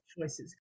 choices